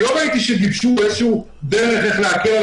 לא ראיתי שגיבשו איזו דרך איך להקל על